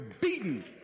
beaten